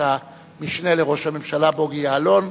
את המשנה לראש הממשלה בוגי יעלון.